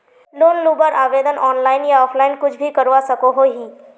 Loan लुबार आवेदन online या ऑफलाइन कुछ भी करवा सकोहो ही?